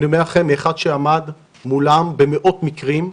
ואני אומר לכם כאחד שעמד מולם במאות מקרים,